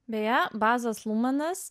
beje bazas lumanas